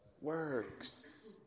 works